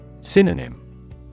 Synonym